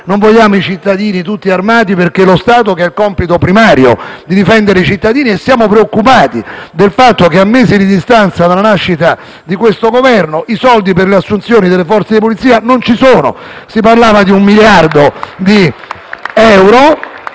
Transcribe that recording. non vogliamo i cittadini tutti armati, perché è lo Stato che ha il compito primario di difendere i cittadini. E siamo preoccupati del fatto che, a mesi di distanza dalla nascita di questo Governo, i soldi per l'assunzione delle forze di polizia non ci sono. *(Applausi dal Gruppo